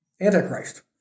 Antichrist